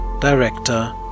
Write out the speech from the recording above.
director